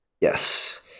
Yes